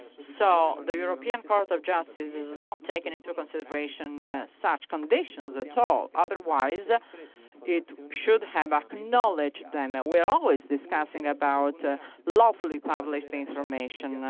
so the european court of justice has not taken into consideration such conditions at all, otherwise it should have acknowledged them. ah we are always discussing about ah lawfully published information.